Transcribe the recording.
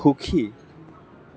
সুখী